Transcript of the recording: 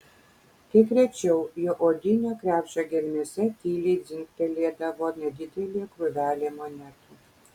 kiek rečiau jo odinio krepšio gelmėse tyliai dzingtelėdavo nedidelė krūvelė monetų